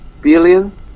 billion